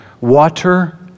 water